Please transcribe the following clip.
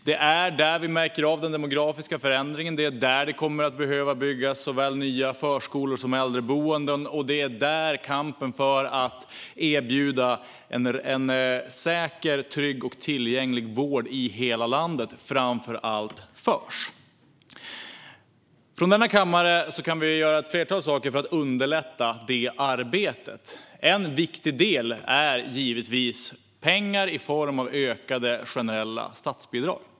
Det är där vi märker av den demografiska förändringen, det är där det kommer att behöva byggas såväl nya förskolor som äldreboenden och det är framför allt där som kampen för att erbjuda en säker, trygg och tillgänglig vård i hela landet förs. Från denna kammare kan vi göra ett flertal saker för att underlätta det arbetet. En viktig del är givetvis pengar i form av ökade generella statsbidrag.